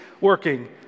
working